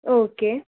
okay